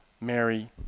Mary